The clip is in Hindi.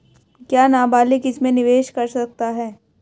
क्या नाबालिग इसमें निवेश कर सकता है?